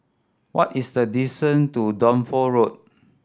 what is the to Dunsfold Road